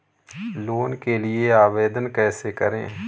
Loan के लिए आवेदन कैसे करें?